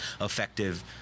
effective